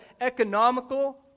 economical